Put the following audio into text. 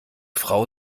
frau